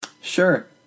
Sure